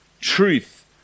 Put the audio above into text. Truth